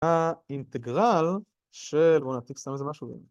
האינטגרל של... בואו נעתיק סתם איזה משהו